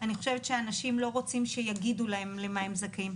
אני חושבת שאנשים לא רוצים שיגידו להם למה הם זכאים,